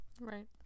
Right